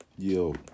Yo